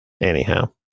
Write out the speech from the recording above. anyhow